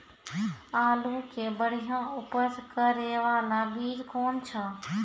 आलू के बढ़िया उपज करे बाला बीज कौन छ?